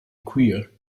queer